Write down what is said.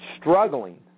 struggling